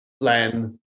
Len